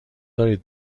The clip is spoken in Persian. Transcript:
دارید